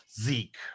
Zeke